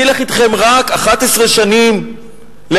אני אלך אתכם רק 11 שנים לאחור,